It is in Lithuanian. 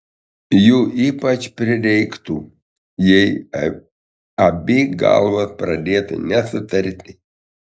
jų ypač prireiktų jei abi galvos pradėtų nesutarti